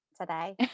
today